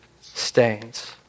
stains